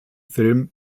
film